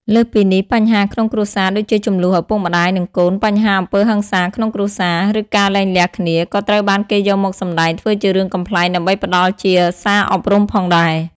លើសពីនេះ បញ្ហាក្នុងគ្រួសារដូចជាជម្លោះឪពុកម្ដាយ និងកូន បញ្ហាអំពើហិង្សាក្នុងគ្រួសារ ឬការលែងលះគ្នា ក៏ត្រូវបានគេយកមកសម្ដែងធ្វើជារឿងកំប្លែងដើម្បីផ្ដល់ជាសារអប់រំផងដែរ។